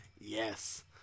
Yes